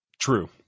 True